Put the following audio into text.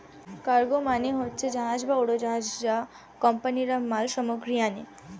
cargo মানে হচ্ছে জাহাজ বা উড়োজাহাজ যা কোম্পানিরা মাল সামগ্রী আনে